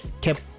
kept